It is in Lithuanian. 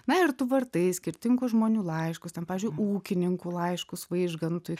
na ir tu vartai skirtingų žmonių laiškus ten pavyzdžiui ūkininkų laiškus vaižgantui